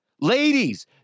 Ladies